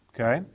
Okay